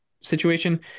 situation